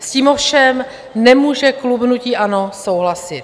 S tím ovšem nemůže klub hnutí ANO souhlasit.